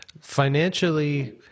financially